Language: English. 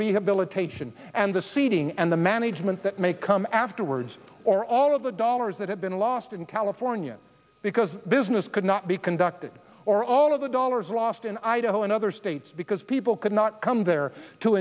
rehabilitation and the seating and the management that may come afterwards or all of the dollars that have been lost in california because business could not be conducted or all of the dollars lost in idaho and other states because people could not come there to